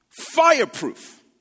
fireproof